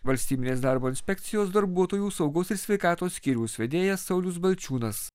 valstybinės darbo inspekcijos darbuotojų saugos ir sveikatos skyriaus vedėjas saulius balčiūnas